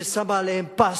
ששמה עליהם פס.